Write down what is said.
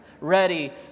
ready